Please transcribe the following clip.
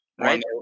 Right